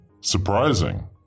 surprising